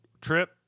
Trip